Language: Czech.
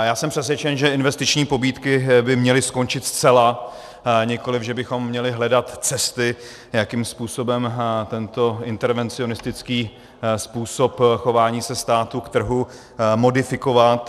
Já jsem přesvědčen, že investiční pobídky by měly skončit zcela, nikoliv že bychom měli hledat cesty, jakým způsobem tento intervencionistický způsob chování se státu k trhu modifikovat.